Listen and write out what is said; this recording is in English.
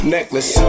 Necklace